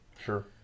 Sure